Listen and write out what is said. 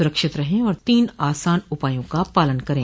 सुरक्षित रहें और तीन आसान उपायों का पालन करें